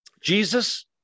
Jesus